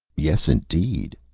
yes, indeed,